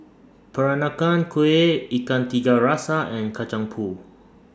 Peranakan Kueh Ikan Tiga Rasa and Kacang Pool